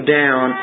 down